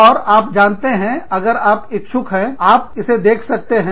और आप जानते हैं अगर आप इच्छुक हैं आप इसे देख सकते हैं